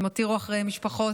הם הותירו אחריהם משפחות,